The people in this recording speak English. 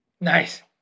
Nice